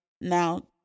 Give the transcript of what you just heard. Now